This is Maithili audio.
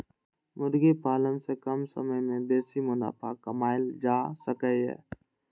मुर्गी पालन सं कम समय मे बेसी मुनाफा कमाएल जा सकैए